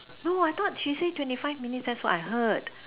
no I thought she said twenty five minutes that is what I heard